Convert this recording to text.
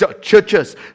churches